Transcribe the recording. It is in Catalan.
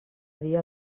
dia